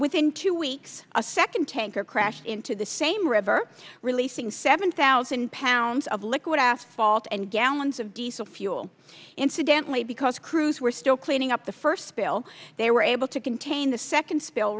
within two weeks a second tanker crashed into the same river releasing seven thousand pounds of liquid asphalt and gallons of diesel fuel incidentally because crews were still cleaning up the first spill they were able to contain the second spill